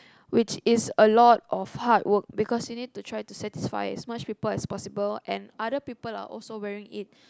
which is a lot of hard work because you need to try to satisfy as much people as possible and other people are also wearing it